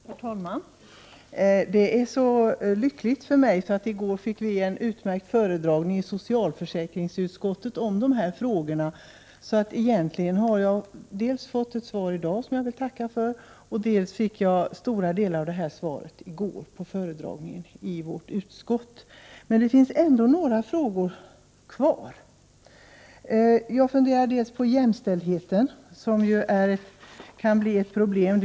Herr talman! Det var så lyckligt för mig att det i går var en utmärkt I föredragning i socialförsäkringsutskottet om dessa frågor. Så egentligen har jag dels fått ett svar här i dag, som jag vill tacka för, dels fått en stor del av frågorna besvarade vid föredragningen i går. Det finns ändå frågor kvar. Jag tänkte på jämställdheten, som ju kan bli ett problem.